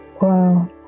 Wow